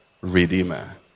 Redeemer